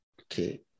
Okay